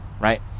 right